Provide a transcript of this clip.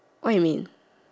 what you mean